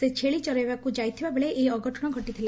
ସେ ଛେଳି ଚରାଇବାକୁ ଯାଇଥିବାବେଳେ ଏହି ଅଘଟଶ ଘଟିଥିଲା